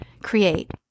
create